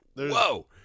whoa